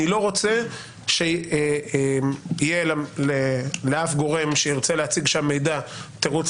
אני לא רוצה שיהיה לאף גורם שירצה להציג שם מידע תירוץ